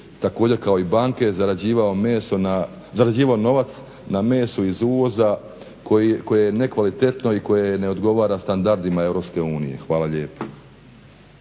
također kao i banke zarađivao novac na mesu iz uvoza koje je nekvalitetno i koje ne odgovara standardima EU. Hvala lijepo.